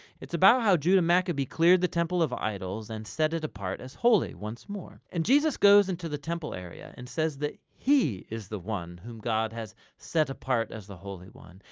it's about how judah maccabee cleared the temple of idols and set it apart as holy once more, and jesus goes into the temple area and says that he is the one whom god has set apart as the holy one,